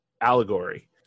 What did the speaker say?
allegory